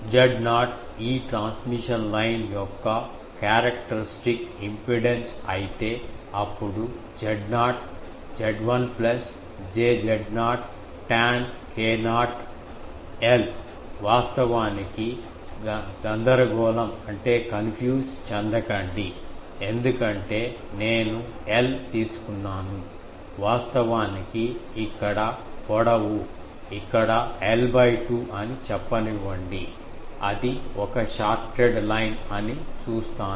Z0 ఈ transmission line యొక్క characteristic impedance అయితే అప్పుడు Z0 Zl plus j Z0 tan k0 l వాస్తవానికి గందరగోళం చెందకండి ఎందుకంటే నేను l తీసుకున్నాను వాస్తవానికి ఇక్కడ పొడవు ఇక్కడ l 2 అని చెప్పనివ్వండి అది ఒక షార్టెడ్ లైన్ అని చూస్తాను